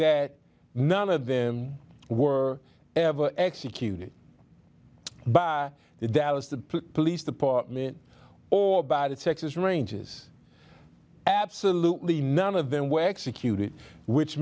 that none of them were ever executed by the dallas the police department or bad of texas ranges absolutely none of them were executed which